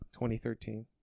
2013